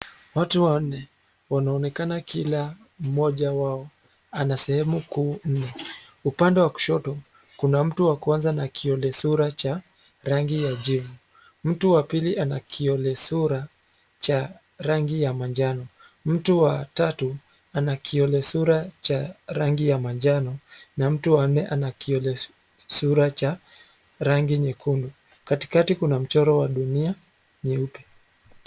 Watu wanne wanaonekana kila mmoja wao anasehemu kuu nne. Upande wa kushoto, kuna mtu wa kwanza na kiolesura cha rangi ya jivu. Mtu wa pili ana kiolesura ya rangi ya manjano. Mtu wa tatu ana kiolesura cha rangi ya manjano na mtu wannne ana kiolesura cha rangi nyekundu. Katikati kuna mchoro wa dunia nyeupe.